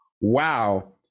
Wow